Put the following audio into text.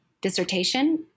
dissertation